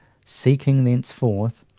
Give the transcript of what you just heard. seeking thenceforth,